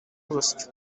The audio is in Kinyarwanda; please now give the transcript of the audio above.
urusyo